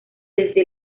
desde